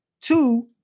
two